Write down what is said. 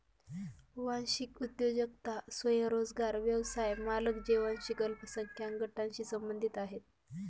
वांशिक उद्योजकता स्वयंरोजगार व्यवसाय मालक जे वांशिक अल्पसंख्याक गटांशी संबंधित आहेत